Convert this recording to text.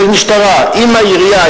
של משטרה עם העירייה,